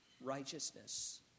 righteousness